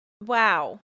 wow